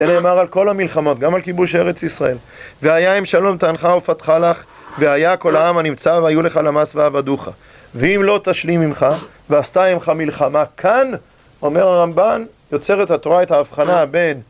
אלה אמר על כל המלחמות, גם על כיבוש ארץ ישראל: וְהָיָה אִם שָׁלוֹם תַּעַנְךָ וּפָתְחָה לָךְ וְהָיָה כָּל הָעָם הַנִּמְצָא בָהּ יִהְיוּ לְךָ לָמַס וַעֲבָדוּךָ. וְאִם לֹא תַשְׁלִים עִמָּךְ וְעָשְׂתָה עִמְּךָ מִלְחָמָה... כאן אומר הרמב״ן, יוצר את התורה, את ההבחנה, בין...